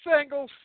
single